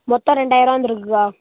மொத்தம் ரெண்டாயிரம் ருபா வந்திருக்குக்கா